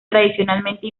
tradicionalmente